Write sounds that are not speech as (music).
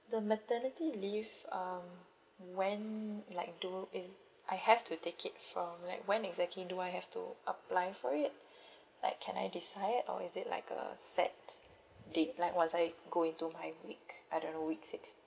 the maternity leave um when like do is I have to take it from like when exactly do I have to apply for it (breath) like can I decide or is it like a set date like once I going to my week I don't know week sixth